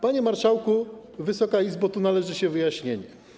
Panie marszałku, Wysoka Izbo, tu należy się wyjaśnienie.